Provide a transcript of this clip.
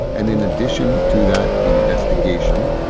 and in addition to that investigation,